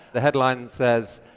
the headline says,